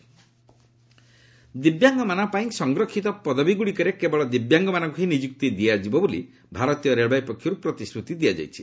ଦିବ୍ୟାଙ୍ଗଜନ railway vacancies ଦିବ୍ୟାଙ୍ଗମାନଙ୍କ ପାଇଁ ସଂରକ୍ଷିତ ପଦବୀଗୁଡ଼ିକରେ କେବଳ ଦିବ୍ୟାଙ୍ଗମାନଙ୍କୁ ହିଁ ନିଯୁକ୍ତି ଦିଆଯିବ ବୋଲି ଭାରତୀୟ ରେଳବାଇ ପକ୍ଷରୁ ପ୍ରତିଶ୍ରତି ଦିଆଯାଇଛି